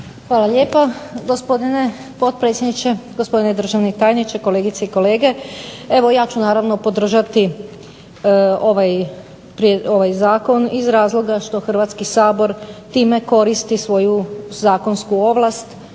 Hvala lijepa gospodine potpredsjedniče, gospodine državni tajniče, kolegice i kolege. Evo ja ću naravno podržati ovaj zakon iz razloga što Hrvatski sabor time koristi svoju zakonsku ovlast